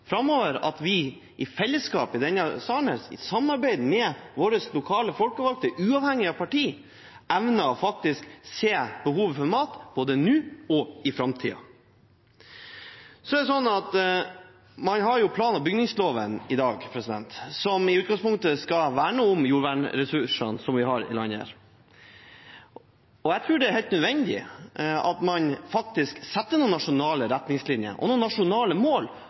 at vi i fellesskap, i denne salen, i samarbeid med våre lokalt folkevalgte, uavhengig av parti, evner å se behovet for mat, både nå og i framtiden. I dag har man plan- og bygningsloven, som i utgangspunktet skal verne om jordressursene vi har i landet. Jeg tror det er helt nødvendig at man faktisk setter noen nasjonale retningslinjer og noen nasjonale mål